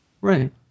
Right